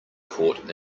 caught